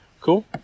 Cool